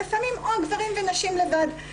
לפעמים גברים ונשים לבד.